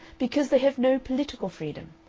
because they have no political freedom.